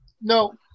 No